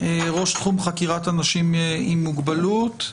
ראש תחום חקירת אנשים עם מוגבלות,